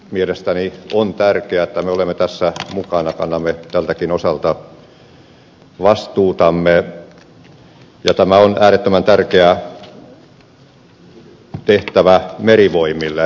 mielestäni on tärkeää että me olemme tässä mukana kannamme tältäkin osalta vastuutamme ja tämä on äärettömän tärkeä tehtävä merivoimille